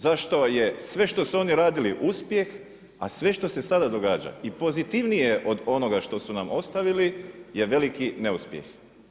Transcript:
Zašto je sve što su oni radili uspjeh, a sve što se sada događa i pozitivnije je od onoga što su nam ostavili je veliki neuspjeh?